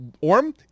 Orm